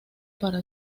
para